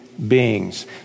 Beings